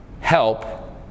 help